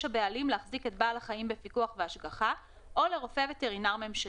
הבעלים להחזיק את בעל החיים בפיקוח והשגחה או לרופא וטרינר ממשלתי,